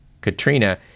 Katrina